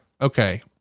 okay